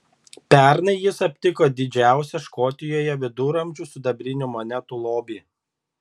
pernai jis aptiko didžiausią škotijoje viduramžių sidabrinių monetų lobį